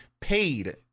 paid